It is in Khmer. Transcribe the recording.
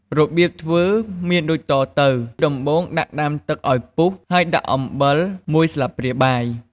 របៀបធ្វើមានដូចតទៅ ដំបូងដាក់ដាំទឹកឱ្យពុះហើយដាក់អំបិលមួយស្លាបព្រាបាយ។